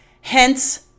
Hence